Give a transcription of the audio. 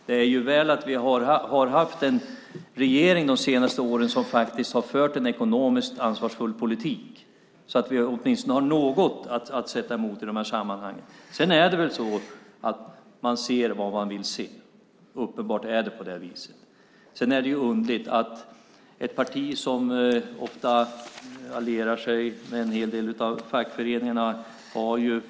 Det är väl att vi har haft en regering de senaste åren som har fört en ekonomiskt ansvarsfull politik så att vi har något att sätta emot i de här sammanhangen. Sedan är det väl så att man ser vad man vill se. Det är uppenbart på det viset. Det är underligt med ett parti som ofta allierar sig med en hel del av fackföreningarna.